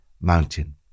mountain